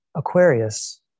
Aquarius